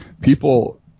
people